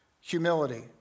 humility